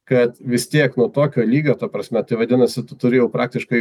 kad vis tiek nu tokio lygio ta prasme tai vadinasi tu turi jau praktiškai